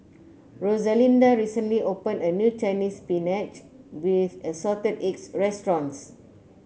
Rosalinda recently opened a new Chinese Spinach with Assorted Eggs restaurant